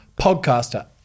podcaster